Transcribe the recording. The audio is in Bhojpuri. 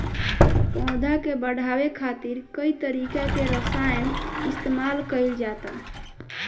पौधा के बढ़ावे खातिर कई तरीका के रसायन इस्तमाल कइल जाता